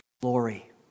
glory